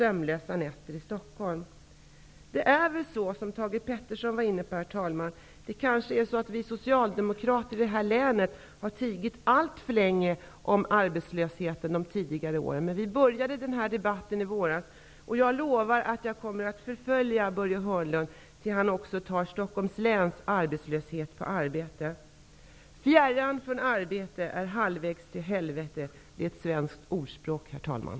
Det är kanske så, som Thage Peterson var inne på, att vi socialdemokrater i det här länet har tigit alltför länge om arbetslösheten under tidigare år. Men vi började den här debatten i våras, och jag lovar att jag kommer att förfölja Börje Hörnlund tills han också tar Stockholms läns arbetslöshet på allvar. Fjärran från arbete, halvvägs till helvete -- så lyder ett svenskt ordspråk, herr talman.